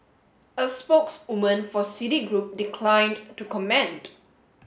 a spokeswoman for Citigroup declined to comment